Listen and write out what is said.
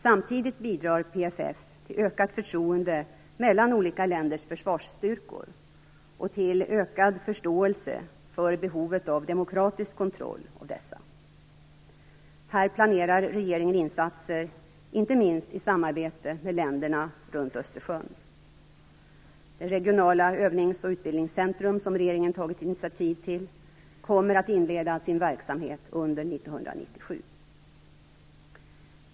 Samtidigt bidrar PFF till ökat förtroende mellan olika länders försvarsstyrkor och till ökad förståelse för behovet av demokratisk kontroll av dessa. Här planerar regeringen insatser inte minst i samarbete med länderna runt Östersjön. Det regionala övnings och utbildningscentrum som regeringen tagit initiativ till kommer att inleda sin verksamhet under 1997.